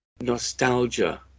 nostalgia